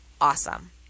awesome